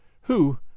who